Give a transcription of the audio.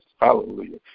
Hallelujah